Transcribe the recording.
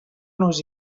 nos